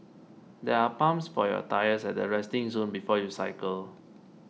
there are pumps for your tyres at the resting zone before you cycle